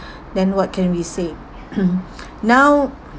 then what can we say now